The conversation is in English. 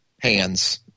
hands